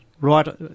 right